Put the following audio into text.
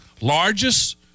Largest